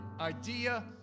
idea